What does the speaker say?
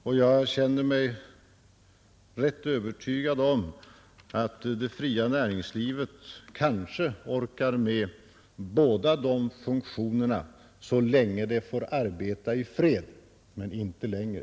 Och jag känner mig ganska övertygad om att det fria näringslivet kanske orkar med båda de funktionerna så länge det får arbeta i fred, men inte längre.